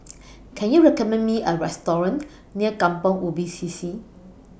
Can YOU recommend Me A Restaurant near Kampong Ubi C C